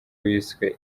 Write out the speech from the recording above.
wiswe